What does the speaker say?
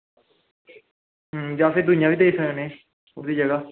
जां फिर दूइयां बी देई सकने ओह्दी जगह